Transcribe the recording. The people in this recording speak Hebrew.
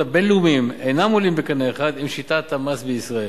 הבין-לאומיים אינם עולים בקנה אחד עם שיטת המס בישראל.